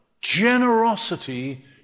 generosity